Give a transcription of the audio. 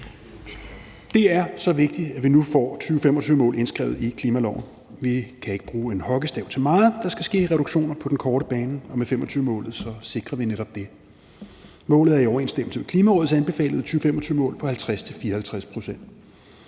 Det er så vigtigt, at vi nu får et 2025-mål indskrevet i klimaloven. Vi kan ikke bruge en hockeystav til meget. Der skal ske reduktioner på den korte bane, og med 2025-målet sikrer vi netop det. Målet er i overensstemmelse med Klimarådets anbefalede 2025-mål om 50-54 pct.